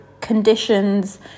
conditions